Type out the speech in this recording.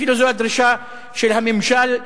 אפילו זו הדרישה של הממשל,